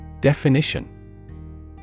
Definition